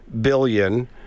billion